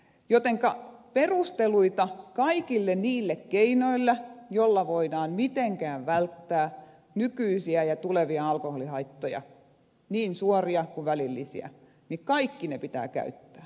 jotenka perusteluita kaikille niille keinoille joilla voidaan mitenkään välttää nykyisiä ja tulevia alkoholihaittoja niin suoria kun välillisiä kaikkia niitä pitää käyttää